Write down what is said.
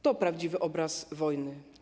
To prawdziwy obraz wojny.